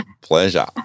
pleasure